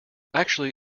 actually